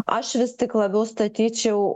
aš vis tik labiau statyčiau